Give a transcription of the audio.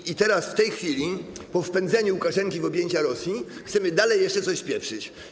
I teraz, w tej chwili, po wpędzeniu Łukaszenki w objęcia Rosji, chcemy dalej jeszcze coś spieprzyć.